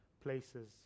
places